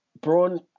Braun